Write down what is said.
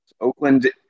Oakland